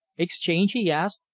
exchange, he asked,